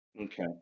Okay